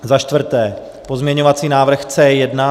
Za čtvrté pozměňovací návrh C1.